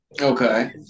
Okay